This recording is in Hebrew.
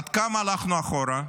עד כמה הלכנו אחורה?